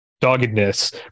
doggedness